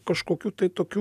kažkokių tai tokių